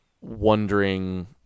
wondering